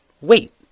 wait